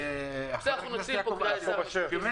חבר הכנסת יעקב אשר.